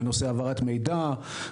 בנושא העברת מידע,